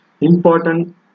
important